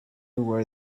where